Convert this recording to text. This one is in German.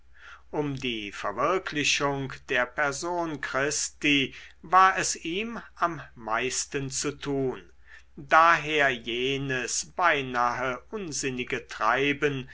um die verwirklichung der person christi war es ihm am meisten zu tun daher jenes beinahe unsinnige treiben